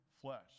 flesh